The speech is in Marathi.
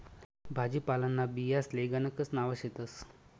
भाजीपालांना बियांसले गणकच नावे शेतस